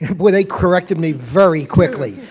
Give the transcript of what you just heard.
boy they corrected me very quickly,